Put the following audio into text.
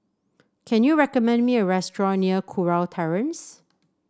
can you recommend me a restaurant near Kurau Terrace